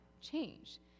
change